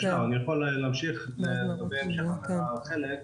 אני יכול להתייחס להמשך החלק.